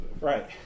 Right